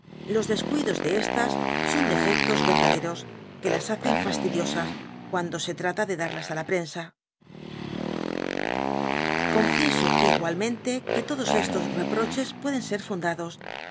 los descuidos de estas son defectos verdaderos que las hacen fastidiosas cuando se trata de darlas á la prensa confieso igualmente que todos estos reproches pueden ser fundados